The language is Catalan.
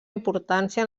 importància